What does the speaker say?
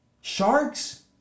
Sharks